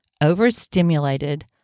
overstimulated